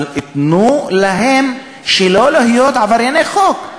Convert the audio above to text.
אבל כשייתנו להם שלא להיות עברייני חוק,